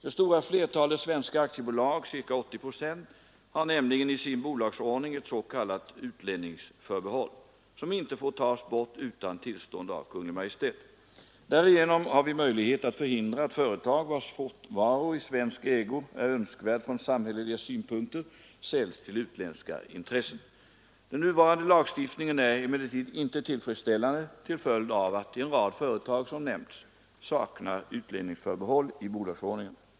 Det stora flertalet svenska aktiebolag har nämligen i sin bolagsord ning ett s.k. utlänningsförbehåll, som inte får tas bort utan tillstånd av Kungl. Maj:t. Därigenom har vi möjlighet att förhindra att företag, vars fortvaro i svensk ägo är önskvärd från samhälleliga synpunkter, säljs till utländska intressen. Den nuvarande lagstiftningen är emellertid inte tillfredsställande till följd av att en rad företag, som nämnts, saknar utlänningsförbehåll i bolagsordningen.